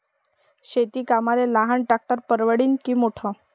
शेती कामाले लहान ट्रॅक्टर परवडीनं की मोठं?